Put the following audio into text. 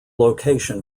location